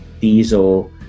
Diesel